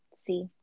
See